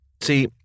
See